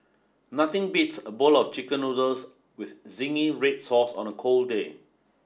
nothing beats a bowl of chicken noodles with zingy red sauce on a cold day